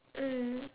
mm